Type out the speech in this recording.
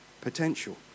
potential